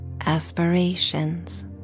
aspirations